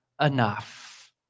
enough